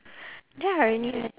damn irony right